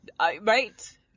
Right